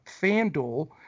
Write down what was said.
FanDuel